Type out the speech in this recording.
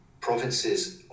provinces